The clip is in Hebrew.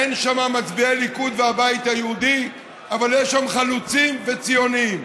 אין שם מצביעי ליכוד והבית היהודי אבל יש שם חלוצים וציונים.